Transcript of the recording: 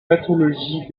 pathologie